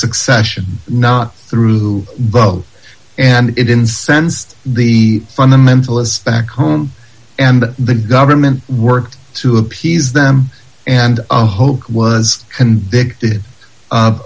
succession not through both and it incensed the fundamentalists back home and the government worked to appease them and hope was convicted